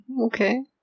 Okay